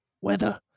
weather